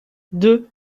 deux